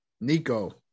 Nico